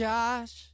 Josh